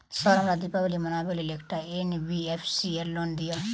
Sir हमरा दिवाली मनावे लेल एकटा एन.बी.एफ.सी सऽ लोन दिअउ?